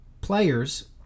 players